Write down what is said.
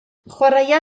chwaraea